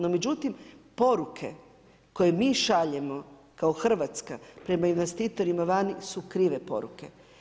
No međutim, poruke koje mi šaljemo kao Hrvatska prema investitorima vani su krive poruke.